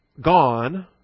gone